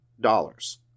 dollars